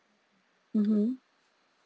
mmhmm